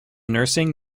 nursing